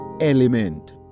element